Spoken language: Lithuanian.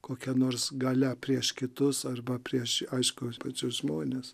kokia nors galia prieš kitus arba prieš aišku pačius žmones